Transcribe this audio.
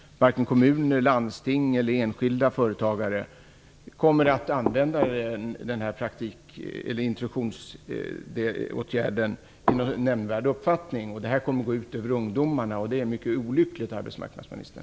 Varken kommuner, landsting eller enskilda företagare kommer att använda den i någon nämnvärd omfattning. Det kommer att gå ut över ungdomarna, och det är mycket olyckligt, arbetsmarknadsministern.